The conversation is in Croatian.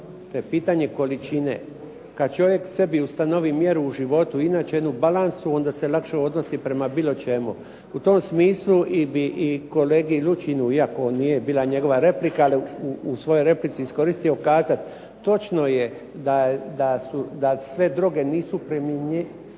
pitanje količine. Kad čovjek sebi ustanovi mjeru u životu inače u jednom balansu onda se lakše odnosi prema bilo čemu. U tom smislu bi i kolegi Lučinu iako nije bila njegova replika ali u svojoj bih replici iskoristio kazati. Točno je da sve droge nisu primjenjive